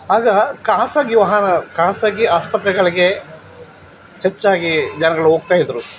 ಆಗ ಖಾಸಗಿ ವಾಹನ ಖಾಸಗಿ ಆಸ್ಪತ್ರೆಗಳಿಗೆ ಹೆಚ್ಚಾಗಿ ಜನಗಳು ಹೋಗ್ತಾಯಿದ್ರು